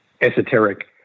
esoteric